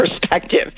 perspective